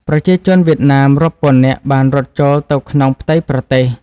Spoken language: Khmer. ប្រជាជនវៀតណាមរាប់ពាន់នាក់បានរត់ចូលទៅក្នុងផ្ទៃប្រទេស។